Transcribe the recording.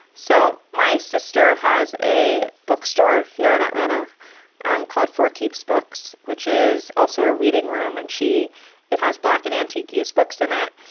so my sister has a bookstore here in atlanta um called for keeps books, which is also a reading room. and she it has black and antique use books in it.